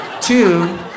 Two